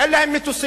אין להם מטוסים,